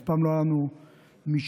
אף פעם לא הייתה לנו משמעת,